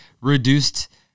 reduced